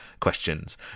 questions